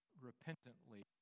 repentantly